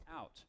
out